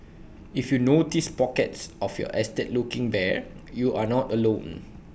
if you notice pockets of your estate looking bare you are not alone